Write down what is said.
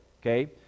okay